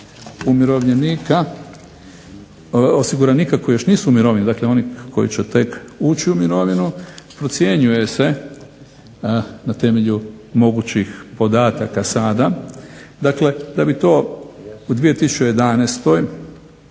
umirovljenika, osiguranika koji još nisu u mirovini, dakle oni koji će tek ući u mirovinu procjenjuje se na temelju mogućih podataka sada, dakle da bi to u 2011.